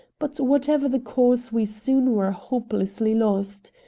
but whatever the cause we soon were hopelessly lost.